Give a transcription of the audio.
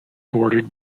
bordered